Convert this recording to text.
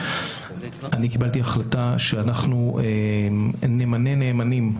קיבלתי החלטה שאנחנו נמנה נאמנים.